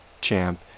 champ